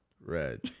red